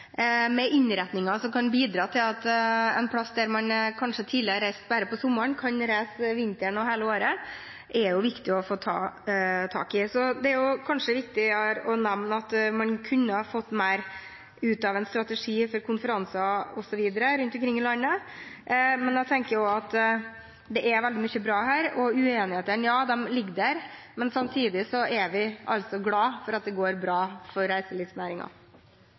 med innretninger som kan bidra til at steder man tidligere kanskje reiste til bare om sommeren, kan man reise til om vinteren og hele året. Det er det viktig å ta tak i. Så er det kanskje viktig å nevne at man kunne ha fått mer ut av en strategi for konferanser osv. rundt omkring i landet, men jeg tenker også at det er veldig mye bra her, og uenighetene ligger der, men samtidig er vi glad for at det går bra for